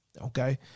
Okay